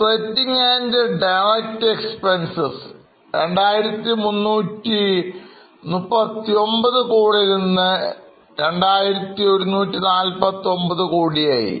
operating ആൻഡ്Direct expense 2339 നിന്ന് 2149 ആയി